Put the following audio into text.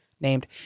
named